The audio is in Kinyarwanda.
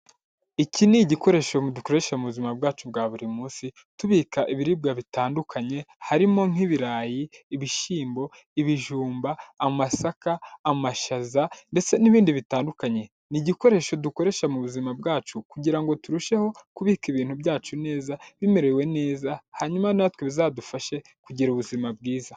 Iki ni igikoresho mu dukoresha mu buzima bwacu bwa buri munsi tubika ibiribwa bitandukanye harimo nk'ibirayi, ibishyimbo, ibijumba, amasaka, amashaza ndetse n'ibindi bitandukanye ni igikoresho dukoresha mu buzima bwacu kugira ngo turusheho kubika ibintu byacu neza bimerewe neza hanyuma natwe bizadufashe kugira ubuzima bwiza.